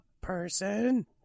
person